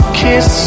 kiss